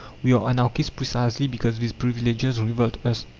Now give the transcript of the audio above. we are anarchists precisely because these privileges revolt us.